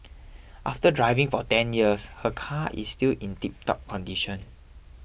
after driving for ten years her car is still in tiptop condition